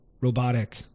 robotic